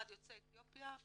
אחד יוצא אתיופיה,